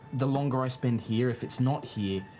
the longer i spend here, if it's not here,